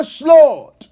Lord